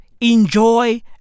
enjoy